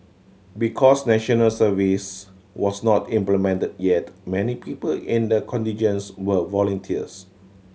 because National Service was not implemented yet many people in the contingents were volunteers